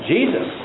Jesus